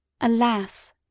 Alas